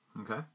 Okay